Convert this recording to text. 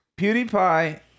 PewDiePie